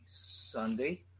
Sunday